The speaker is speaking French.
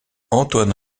antoine